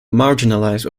marginalised